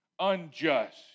unjust